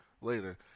later